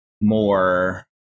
more